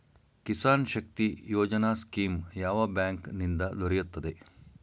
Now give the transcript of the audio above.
Kisan Shakti Yojana scheme ಯಾವ bank ನಿಂದ ದೊರೆಯುತ್ತದೆ?